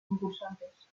concursantes